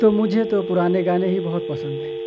تو مجھے تو پرانے گانے ہی بہت پسند ہیں